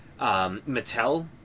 Mattel